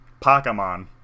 Pokemon